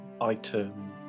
item